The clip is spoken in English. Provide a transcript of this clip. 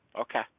Okay